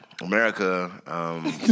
America